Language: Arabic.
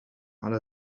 على